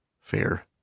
fair